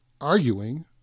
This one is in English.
arguing